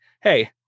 hey